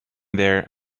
there